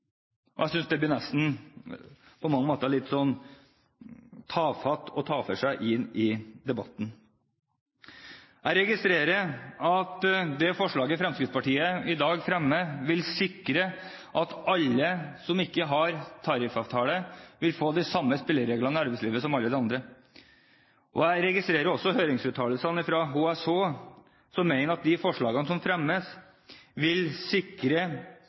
Jeg synes det på mange måter blir litt tafatt å ta det med inn i debatten. Jeg registrerer at det forslaget Fremskrittspartiet i dag fremmer, vil sikre at alle som ikke har tariffavtale, vil få de samme spillereglene i arbeidslivet som alle andre. Jeg registrerer også høringsuttalelsene fra HSH, som mener at de forslagene som fremmes, vil sikre